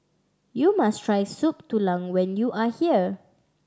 you must try Soup Tulang when you are here